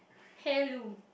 heirloom